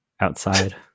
outside